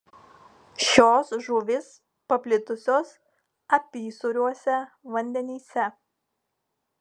šios žuvys paplitusios apysūriuose vandenyse